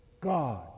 God